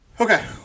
Okay